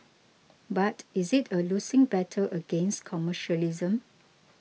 but is it a losing battle against commercialism